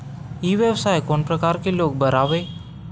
ई व्यवसाय कोन प्रकार के लोग बर आवे?